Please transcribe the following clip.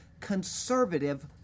conservative